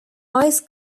ice